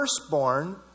firstborn